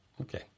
Okay